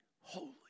holy